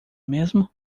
mesmo